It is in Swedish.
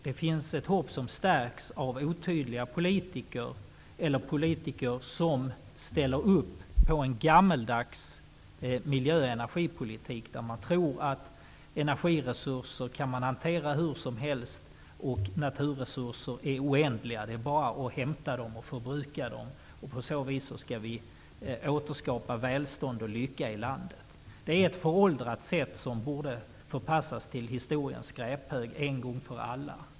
Det finns ett hopp som stärks av otydliga politiker eller politiker som ställer upp på en gammeldags miljö och energipolitik, där man tror att energiresurser kan hanteras hur som helst och att naturresurser är oändliga. Det är bara att hämta dem och förbruka dem. På så vis skall vi återskapa välstånd och lycka i landet. Det är ett föråldrat synsätt, som borde förpassas till historiens skräphög en gång för alla.